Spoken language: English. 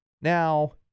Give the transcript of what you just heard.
Now